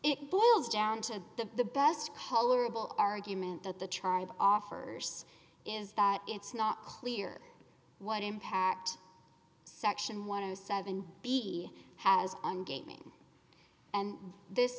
it boils down to the best colorable argument that the tribe offers is that it's not clear what impact section one of seven b has on gaming and this